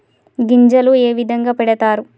గింజలు ఏ విధంగా పెడతారు?